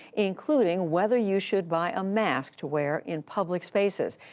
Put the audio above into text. including whether you should buy a mask to wear in public spaces.